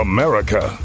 America